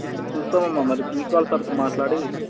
సరే చూస్తాం అమ్మ ప్రిన్సిపాల్ సార్తో మాట్లాడి